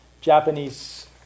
Japanese